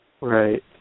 Right